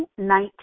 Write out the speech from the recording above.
2019